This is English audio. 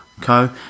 Co